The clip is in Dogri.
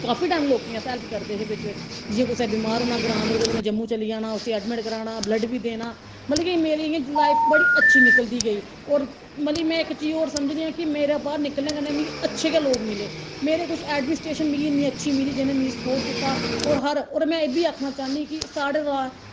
काफी टाईम लोकें गी अस हेल्प करदे हे लोकें दी बिच्च बिच्च जियां कुसै बमार होई जाना ग्रांऽ बिच्च ते ओह्दे कन्नै जम्मू चली जाना उसी एडमिट कराना ब्लड बी देना मतलब कि मेरी इयां लाईफ बड़ी अच्छी निकलदी गेई होर मतलब कि में इक चीज होर समझनी आं कि मेरे बाहर निकलने कन्नै मिगी अच्छे गै लोक मिले मेरे कुछ एडमिनीस्टेशन मिगी इन्नी अच्छी मिली कि जिन्ने मिगी इन्ना सपोर्ट कीता होर हर होर में एह् बी आक्खना चाह्न्नी कि साढ़े बाद